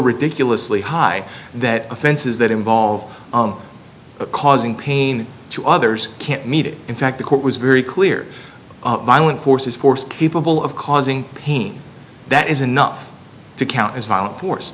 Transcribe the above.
ridiculously high that offenses that involve causing pain to others can't meet it in fact the court was very clear violent force is force capable of causing pain that is enough to count as violent force